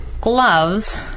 Gloves